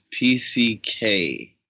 PCK